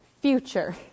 future